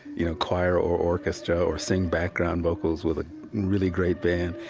you know, choir or orchestra or sing background vocals with a really great band?